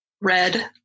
red